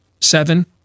seven